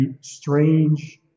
strange